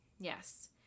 Yes